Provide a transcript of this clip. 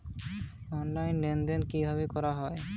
Online লেনদেন কিভাবে করা হয়?